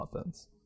offense